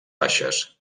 baixes